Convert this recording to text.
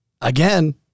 Again